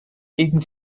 gegen